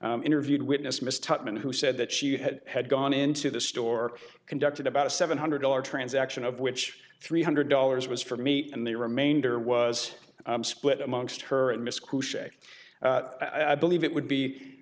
the interviewed witness mr tuchman who said that she had had gone into the store conducted about a seven hundred dollar transaction of which three hundred dollars was for me and the remainder was split amongst her and misc i believe it would be